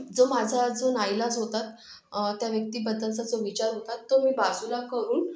जो माझा जो नाईलाज होता त्या व्यक्तीबद्दलचा जो विचार होता तो मी बाजूला करून